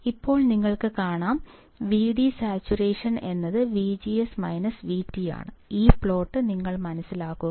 ഇപ്പോൾ നിങ്ങൾക്ക് കാണാം V D saturation VGS VT ഈ പ്ലോട്ട് നിങ്ങൾ മനസ്സിലാക്കുക